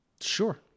Sure